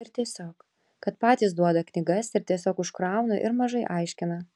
ir tiesiog kad patys duoda knygas ir tiesiog užkrauna ir mažai aiškina